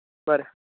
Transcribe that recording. बरें